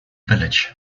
village